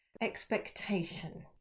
expectation